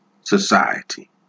Society